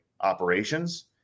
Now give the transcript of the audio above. operations